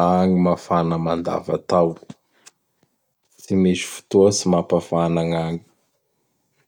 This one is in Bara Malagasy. Agny mafana mandavatao. Tsy misy fotoa tsy mapafana gn'agny.